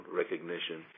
recognition